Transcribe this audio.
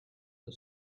the